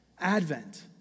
Advent